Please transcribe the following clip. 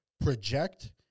project